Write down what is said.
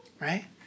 right